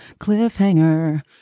cliffhanger